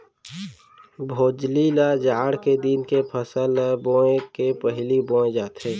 भोजली ल जाड़ के दिन के फसल ल बोए के पहिली बोए जाथे